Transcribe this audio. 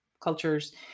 cultures